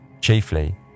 Chiefly